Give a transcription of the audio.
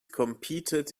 competed